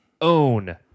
Own